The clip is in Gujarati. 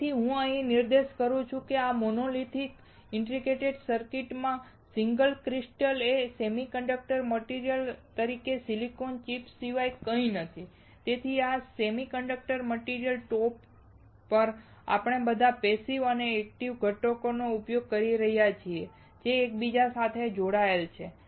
તેથી હું અહીં નિર્દેશ કરું છું કે આ મોનોલિથિક ઇન્ટિગ્રેટેડ સર્કિટ માં સિંગલ ક્રિસ્ટલ એ સેમિકન્ડક્ટર મટીરીયલ તરીકે સિલિકોન ચિપ સિવાય કંઈ નથી અને આ સેમિકન્ડક્ટર મટીરીયલની ટોચ પર આપણે બધા પેસિવ અને એક્ટિવ ઘટકો નો ઉપયોગ કરી રહ્યા છીએ જે એકબીજા સાથે જોડાયેલા છે